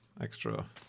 extra